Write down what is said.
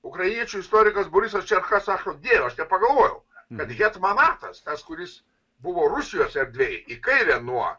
ukrainiečių istorikas borisas čerchasov dieve aš nepagalvojau bet hetmanatas tas kuris buvo rusijos erdvėj į kairę nuo